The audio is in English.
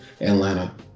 Atlanta